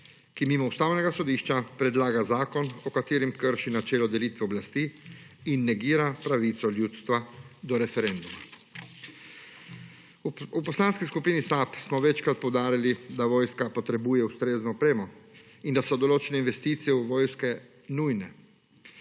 ki mimo Ustavnega sodišča predlaga zakon, v katerem krši načelo delitve oblasti in negira pravico ljudstva do referenduma. V Poslanski skupini SAB smo večkrat poudarjali, da vojska potrebuje ustrezno opremo in da so določene investicije v vojsko nujne.